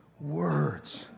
words